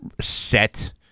set